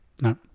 no